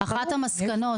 וגם בממשלה,